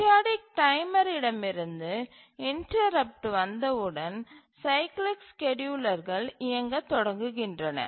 periodic timer இடமிருந்து interrupt வந்தவுடன் cyclic ஸ்கேட்யூலர்கள் இயங்கத் தொடங்குகின்றன